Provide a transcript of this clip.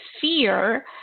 fear